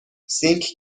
سینک